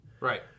Right